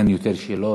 אין עוד שאלות.